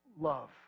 love